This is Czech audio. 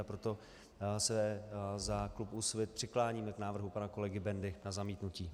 Proto se za klub Úsvit přikláníme k návrhu pana kolegy Bendy na zamítnutí.